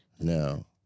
No